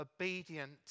obedient